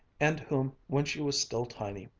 and whom, when she was still tiny,